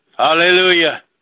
Hallelujah